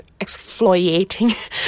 exfoliating